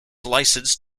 licensed